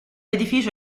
edificio